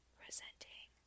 presenting